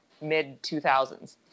mid-2000s